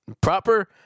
Proper